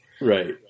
Right